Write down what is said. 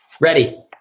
Ready